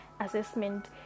assessment